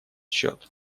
счет